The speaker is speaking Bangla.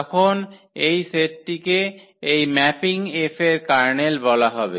তখন এই সেটটিকে এই ম্যাপিং 𝐹 এর কার্নেল বলা হবে